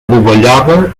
dovellada